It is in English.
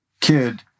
kid